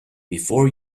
before